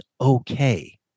okay